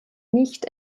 nicht